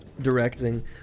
directing